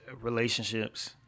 relationships